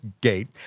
gate